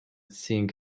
sink